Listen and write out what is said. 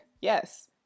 Yes